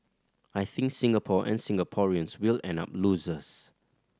I think Singapore and Singaporeans will end up losers